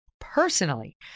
personally